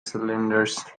cylinders